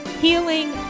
healing